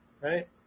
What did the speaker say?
Right